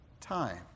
time